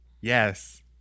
Yes